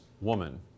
woman